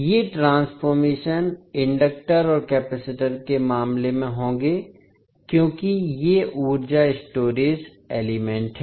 ये transformation inductor और capacitor के मामले में होंगे क्योंकि ये ऊर्जा स्टोरेज एलिमेंट हैं